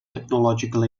technological